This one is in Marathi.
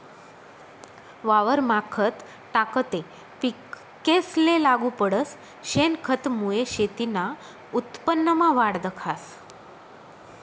वावरमा खत टाकं ते पिकेसले लागू पडस, शेनखतमुये शेतीना उत्पन्नमा वाढ दखास